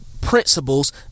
principles